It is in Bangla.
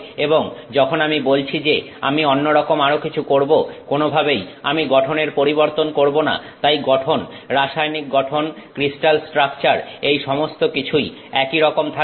এবং যখন আমি বলছি যে আমি অন্যরকম আরো কিছু করব কোনোভাবেই আমি গঠনের পরিবর্তন করবো না তাই গঠন রাসায়নিক গঠন ক্রিস্টাল স্ট্রাকচার এই সমস্ত কিছুই একইরকম থাকবে